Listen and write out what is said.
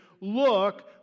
look